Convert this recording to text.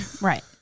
Right